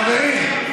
חברים.